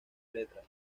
letras